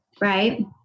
right